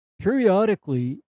periodically